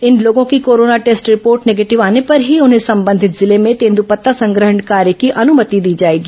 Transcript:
इन लोगों की corona test report negative आने पर ही उन्हें संबंधित जिले में तेंद्रपत्ता संग्रहण कार्य की अन्मति दी जाएगी